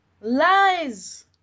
Lies